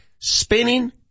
spinning